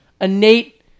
innate